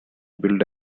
build